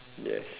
yes